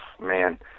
man